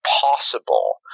possible